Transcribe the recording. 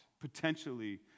potentially